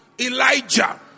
Elijah